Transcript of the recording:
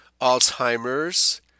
Alzheimer's